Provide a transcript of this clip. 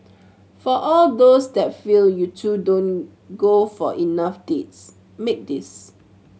for all those that feel you two don't go for enough dates make this